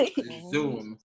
Zoom